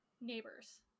neighbors